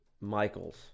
Michaels